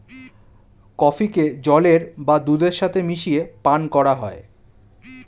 কফিকে জলের বা দুধের সাথে মিশিয়ে পান করা হয়